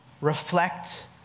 reflect